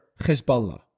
Hezbollah